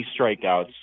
strikeouts